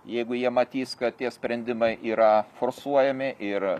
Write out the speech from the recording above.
jeigu jie matys kad tie sprendimai yra forsuojami ir